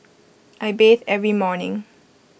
I bathe every morning